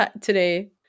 today